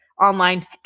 online